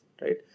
Right